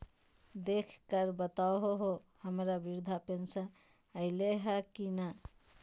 देख कर बताहो तो, हम्मर बृद्धा पेंसन आयले है की नय?